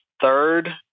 third